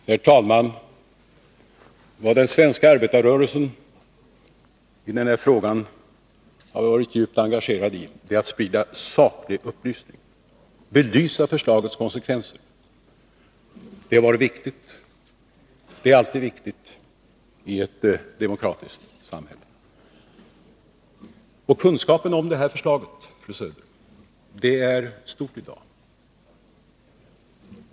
Herr talman! Vad den svenska arbetarrörelsen har varit djupt engagerad i när det gäller den här frågan är att sprida saklig upplysning, att belysa förslagets konsekvenser. Det har varit viktigt — det är alltid viktigt i ett demokratiskt samhälle. Kunskapen om det här förslaget, fru Söder, är stor i dag.